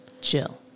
Jill